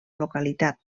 localitat